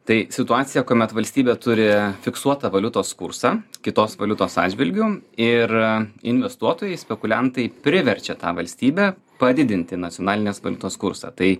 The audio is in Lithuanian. tai situacija kuomet valstybė turi fiksuotą valiutos kursą kitos valiutos atžvilgiu ir investuotojai spekuliantai priverčia tą valstybę padidinti nacionalinės valiutos kursą tai